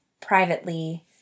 privately